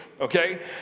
okay